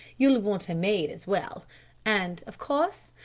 you'll want a maid as well and, of course,